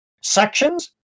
sections